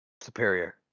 superior